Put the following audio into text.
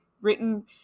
written